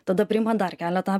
tada priima dar keletą